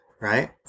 right